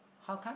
how come